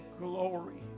glory